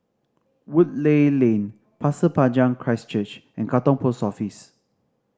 Woodleigh Lane Pasir Panjang Christ Church and Katong Post Office